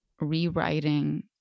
rewriting